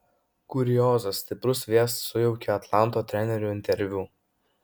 kuriozas stiprus vėjas sujaukė atlanto trenerio interviu